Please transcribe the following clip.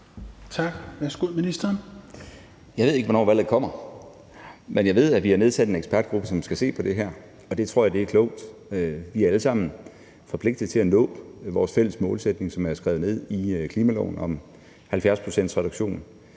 (Morten Bødskov): Jeg ved ikke, hvornår valget kommer. Men jeg ved, at vi har nedsat en ekspertgruppe, som skal se på det her, og det tror jeg er klogt. Vi er alle sammen forpligtet til at nå vores fælles målsætning, som er skrevet ind i klimaloven, om 70 pct.'s reduktion.